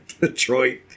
Detroit